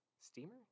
steamer